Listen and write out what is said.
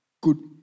good